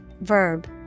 verb